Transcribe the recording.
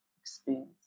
experience